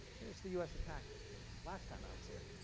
here is the us attack last time i was here.